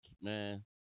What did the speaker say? man